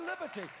liberty